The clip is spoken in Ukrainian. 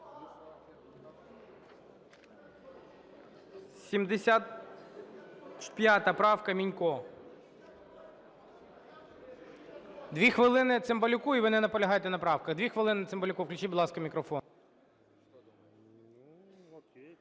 75 правка, Мінько. Дві хвилини Цимбалюку, і ви не наполягаєте на правках. Дві хвилини Цимбалюку включіть, будь ласка, мікрофон.